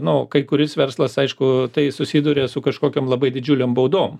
nu kai kuris verslas aišku tai susiduria su kažkokiom labai didžiulėm baudom